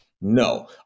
No